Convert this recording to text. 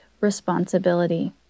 responsibility